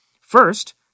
First